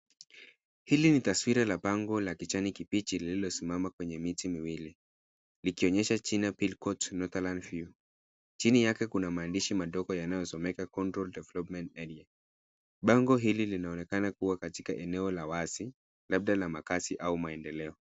Hili ni taswira la bango la kijani lililosimama kwenye miti miwili likionyesha jina pearl court Northlands view chini yake kuna maandishi madogo yanayosomeka control development area ,bango hili linaonekana kuwa katika eneo la wazi labda na makazi au maendeleo.